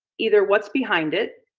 either what's behind it,